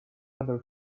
other